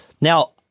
Now